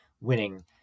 winning